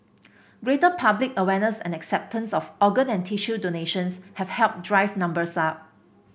greater public awareness and acceptance of organ and tissue donations have helped drive numbers up